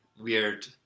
weird